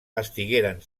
estigueren